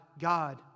God